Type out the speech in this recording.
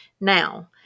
Now